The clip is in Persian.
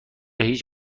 هیچ